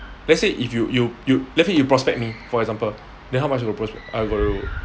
let's say if you you you let's say you prospect me for example then how much you approach I got to